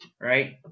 right